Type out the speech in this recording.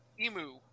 emu